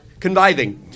conviving